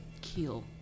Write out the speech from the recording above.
Kill